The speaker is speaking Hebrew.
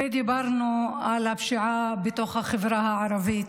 ודיברנו על הפשיעה בתוך החברה הערבית,